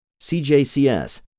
CJCS